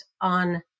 on